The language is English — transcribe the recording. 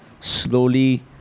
slowly